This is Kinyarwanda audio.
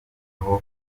aho